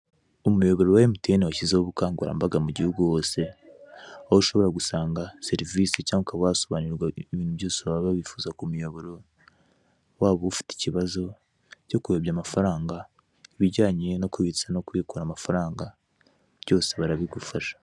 Umuyoboro wa emutiyeni washyizeho ubukangurambaga mu gihugu hose; aho ushobora gusanga serivisi cyangwa ukaba wasobanurirwa ibintu byose waba wifuza ku muyoboro: waba ufite ikibazo cyo kuyobya amafaranga, ibijyane no kubitsa no kubikura amafaranga, byose barabigufasha.